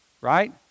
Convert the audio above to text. right